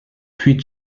puis